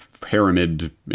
pyramid